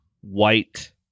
white